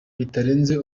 bitarenze